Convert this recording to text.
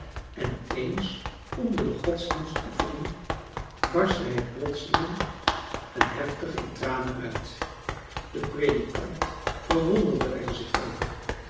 en eens onder de godsdienstoefening barstte hij plotseling en heftig in tranen uit de predikant verwonderde er zich over